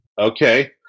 okay